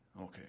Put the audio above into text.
Okay